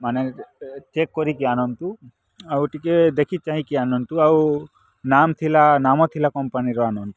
ମାନେ ଚେକ୍ କରିକି ଆନନ୍ତୁ ଆଉ ଟିକେ ଦେଖି ଚାହିଁକି ଆନନ୍ତୁ ଆଉ ନାମ୍ ଥିଲା ନାମ ଥିଲା କମ୍ପାନୀର ଆନନ୍ତୁ